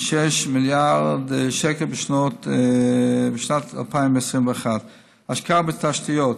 1.6 מיליארד שקלים בשנת 2021. השקעה בתשתיות,